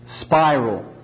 spiral